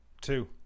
Two